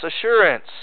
assurance